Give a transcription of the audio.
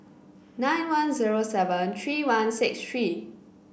nine one zero seven three one six three